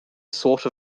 sort